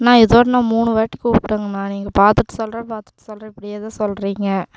நான் இதோடு மூணுவாட்டி கூப்பிட்டங்கண்ணா நீங்கள் பார்த்துட்டு சொல்கிறேன் பார்த்துட்டு சொல்கிறேன் இப்படியேதான் சொல்லுறீங்க